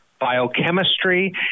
biochemistry